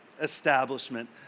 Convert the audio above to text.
establishment